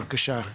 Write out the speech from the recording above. בזום.